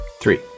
Three